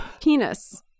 Penis